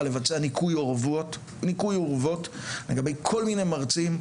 לבצע ניקוי אורוות לגבי כל מיני מרצים,